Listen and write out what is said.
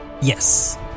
Yes